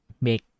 make